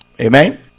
Amen